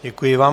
Děkuji vám.